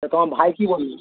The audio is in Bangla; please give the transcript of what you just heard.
তা তোমার ভাই কী বললো